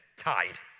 tide,